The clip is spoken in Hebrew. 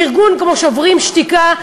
שארגון כמו "שוברים שתיקה",